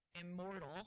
immortal